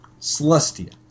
Celestia